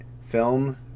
film